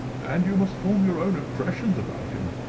and you must form your own impressions about him.